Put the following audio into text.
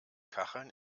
kacheln